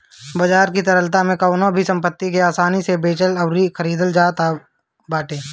बाजार की तरलता में कवनो भी संपत्ति के आसानी से बेचल अउरी खरीदल आवत बाटे